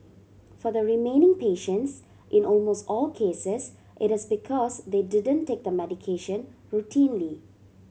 for the remaining patients in almost all cases it is because they didn't take the medication routinely